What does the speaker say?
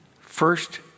First